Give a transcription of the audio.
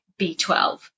B12